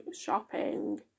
shopping